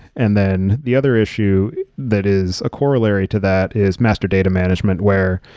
and then the other issue that is a corollary to that is master data management, where